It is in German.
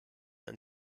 ein